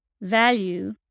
Value